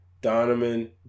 Donovan